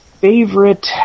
favorite